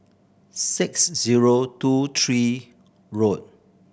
six zero two three